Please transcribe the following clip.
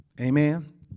Amen